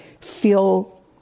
feel